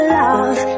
love